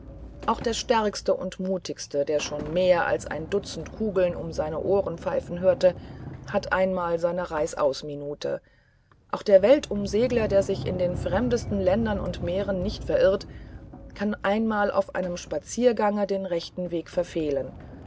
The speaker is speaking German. auch der stärkste und mutigste der schon mehr als ein dutzend kugeln um seine ohren pfeifen hörte hat einmal seine reißausminute auch der weltumsegler der sich in den fremdesten ländern und meeren nicht verirrte kann einmal auf einem spaziergange den rechten weg verfehlen